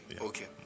okay